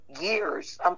years